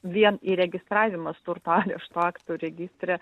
vien įregistravimas turto arešto aktų registre